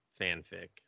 fanfic